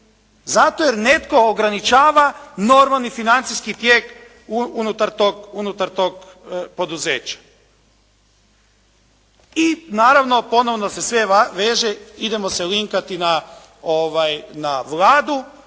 zato jer netko ograničava normalni financijski tijek unutar tog poduzeća. I naravno, ponovno se sve veže, idemo se linkati na Vladu